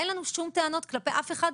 אין לנו שום טענות כלפי אף אחד.